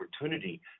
opportunity